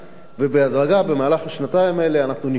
ובהדרגה במהלך השנתיים האלה אנחנו נכללנו